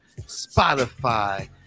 Spotify